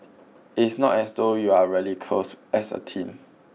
it's not as though you're really close as a team